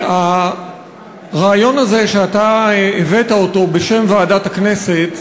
הרעיון הזה, שאתה הבאת בשם ועדת הכנסת,